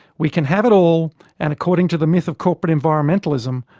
we can have it all and, according to the myth of corporate environmentalism,